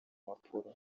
mpapuro